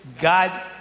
God